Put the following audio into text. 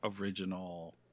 original